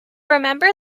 remember